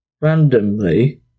randomly